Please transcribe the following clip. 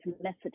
message